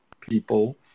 people